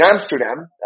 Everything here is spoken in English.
Amsterdam